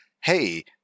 hey